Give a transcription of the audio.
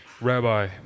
Rabbi